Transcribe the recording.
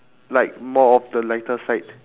like more of the lighter side